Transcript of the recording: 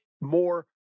More